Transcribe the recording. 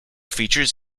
features